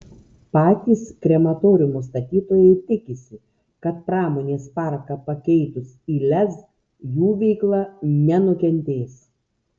patys krematoriumo statytojai tikisi kad pramonės parką pakeitus į lez jų veikla nenukentės